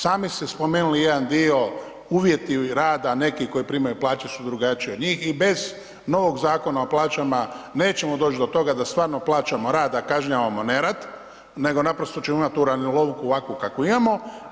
Sami ste spomenuli jedan dio, uvjeti rada neki koji primaju plaće su drugačije od njih i bez novog Zakona o plaćama nećemo doći do toga da stvarno plaćamo rad, a kažnjavamo nerad, nego naprosto ćemo imati uranilovku ovakvu kakvu imamo.